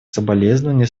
соболезнования